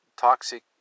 toxic